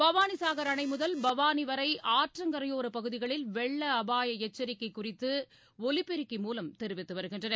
பவானிசாகர் அணைமுதல் பவானிவரைஆற்றங்கரையோரபகுதிகளில் வெள்ளஅபாயஎச்சரிக்கைகுறித்துஒலிபெருக்கி மூலம் தெரிவித்துவருகின்றனர்